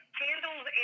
candles